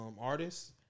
artists